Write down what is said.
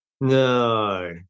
No